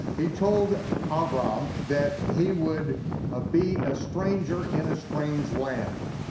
he told abram that he would ah be a stranger in a strange land.